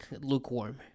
lukewarm